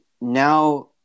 now